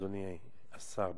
אדוני השר,